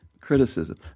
criticism